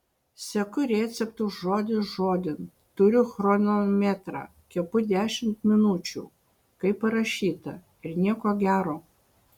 seku receptu žodis žodin turiu chronometrą kepu dešimt minučių kaip parašyta ir nieko gero